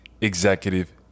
Executive